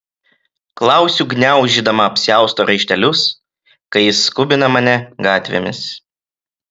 klausiu gniaužydama apsiausto raištelius kai jis skubina mane gatvėmis